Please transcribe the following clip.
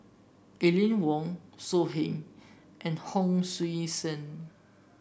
Aline Wong So Heng and Hon Sui Sen